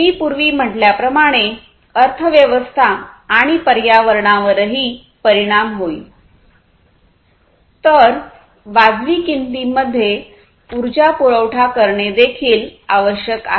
मी पूर्वी म्हटल्याप्रमाणे अर्थव्यवस्था आणि पर्यावरणावरही परिणाम होईल तर वाजवी किमतीमध्ये ऊर्जा पुरवठा करणे देखील आवश्यक आहे